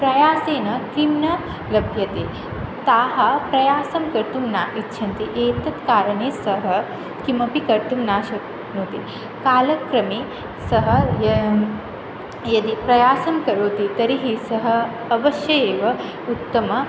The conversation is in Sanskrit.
प्रयासेन किं न लभ्यते ताः प्रयासं कर्तुं न इच्छन्ति एतत् कारणेन सः किमपि कर्तुं न शक्नोति कालक्रमेण सः यदि प्रयासं करोति तर्हि सः अवश्यम् एव उत्तमः